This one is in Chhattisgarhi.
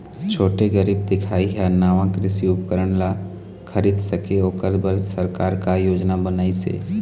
छोटे गरीब दिखाही हा नावा कृषि उपकरण ला खरीद सके ओकर बर सरकार का योजना बनाइसे?